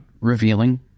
revealing